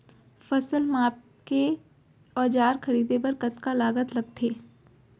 फसल मापके के औज़ार खरीदे बर कतका लागत लगथे?